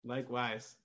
Likewise